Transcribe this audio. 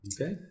Okay